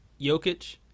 Jokic